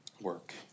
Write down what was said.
work